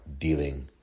dealing